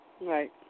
Right